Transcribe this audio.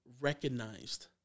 recognized